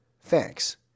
Thanks